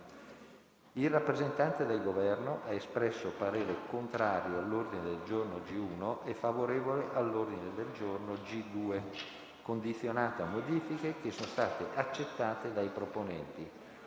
Il rappresentante del Governo ha espresso parere contrario sull'ordine del giorno G1 e favorevole sull'ordine del giorno G2, condizionato a modifiche che sono state accettate dai proponenti.